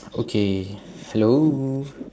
okay hello